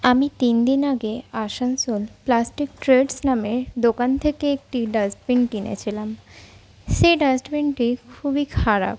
আমি তিনদিন আগে আসানসোল প্লাস্টিক ট্রেডস্ নামের দোকান থেকে একটি ডাস্টবিন কিনেছিলাম সেই ডাস্টবিনটি খুবই খারাপ